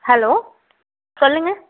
hello சொல்லுங்கள்